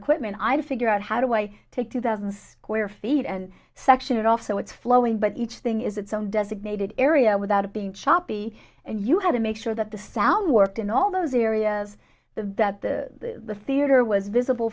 equipment i figure out how do i take two thousand where feet and section and also it's flowing but each thing is its own designated area without it being choppy and you had to make sure that the sound worked in all those areas that the theater was visible